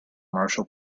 marshall